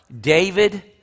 David